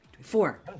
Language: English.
Four